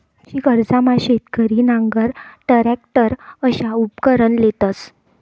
कृषी कर्जमा शेतकरी नांगर, टरॅकटर अशा उपकरणं लेतंस